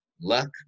luck